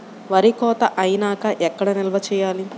వరి కోత అయినాక ఎక్కడ నిల్వ చేయాలి?